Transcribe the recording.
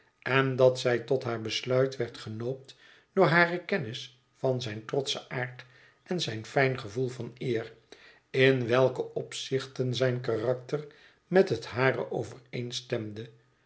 en dat zij tot haar besluit werd genoopt door hare kennis van zijn trotschen aard en zijn fijn gevoel van eer in welke opzichten zijn karakter met het hare overeenstemde